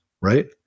right